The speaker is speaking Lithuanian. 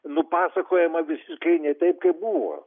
nupasakojama visiškai ne taip kaip buvo